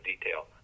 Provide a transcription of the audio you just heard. detail